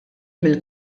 mill